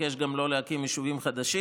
ביקש מראשי רשויות גם לא להקים יישובים חדשים,